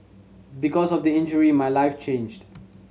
because of the injury my life changed